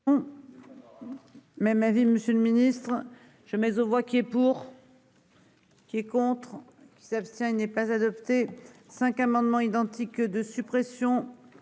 Même avis, Monsieur le Ministre, je mais aux voix qui est pour.-- Qui contre qui s'abstient n'est pas adopté 5 amendements identiques de suppression